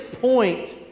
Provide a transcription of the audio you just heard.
point